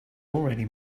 already